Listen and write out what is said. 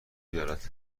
دارد